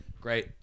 great